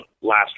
last